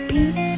Beat